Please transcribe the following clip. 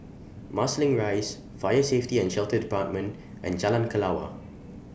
Marsiling Rise Fire Safety and Shelter department and Jalan Kelawar